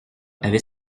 avait